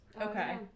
Okay